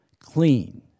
clean